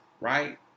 right